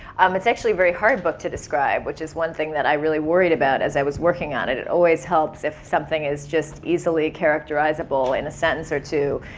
um it's actually a very hard book to describe, which is one thing that i really worried about as i was working on it. it always helps if something is just easily characterizable in a sentence or two.